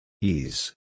Ease